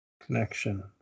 connection